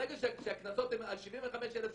ברגע שהקנסות על 75,000 שקלים,